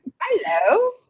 Hello